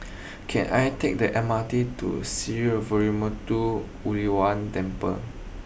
can I take the M R T to Sree Veeramuthu Muneeswaran Temple